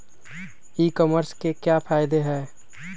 ई commerce के क्या फायदे हैं?